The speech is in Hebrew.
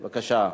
בבקשה.